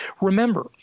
Remember